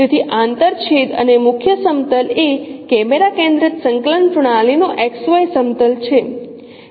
તેથી આંતરછેદ અને મુખ્ય સમતલ એ કેમેરા કેન્દ્રિત સંકલન પ્રણાલીનું XY સમતલ છે